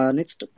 Next